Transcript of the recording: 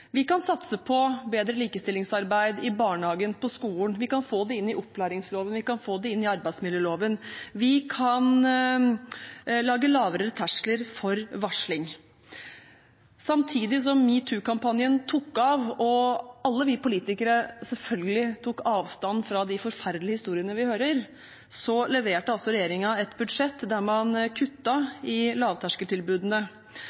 Vi kan satse på bedre likestillingsarbeid i barnehagen og på skolen. Vi kan få det inn i opplæringsloven, vi kan få det inn i arbeidsmiljøloven, vi kan lage lavere terskler for varsling. Samtidig som #metoo-kampanjen tok av og alle vi politikere selvfølgelig tok avstand fra de forferdelige historiene vi hørte, leverte altså regjeringen et budsjett der man